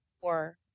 four